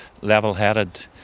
level-headed